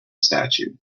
statue